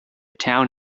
town